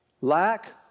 lack